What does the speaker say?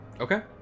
Okay